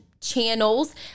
channels